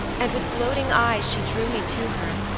and with gloating eyes she drew me to her,